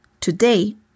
Today